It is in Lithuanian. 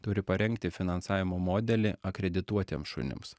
turi parengti finansavimo modelį akredituotiems šunims